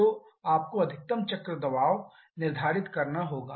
तो आपको अधिकतम चक्र दबाव निर्धारित करना होगा